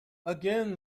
again